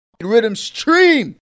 Rhythmstream